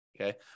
okay